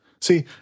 See